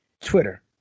Twitter